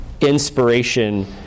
inspiration